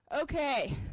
Okay